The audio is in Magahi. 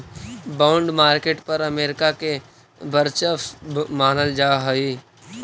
बॉन्ड मार्केट पर अमेरिका के वर्चस्व मानल जा हइ